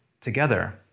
together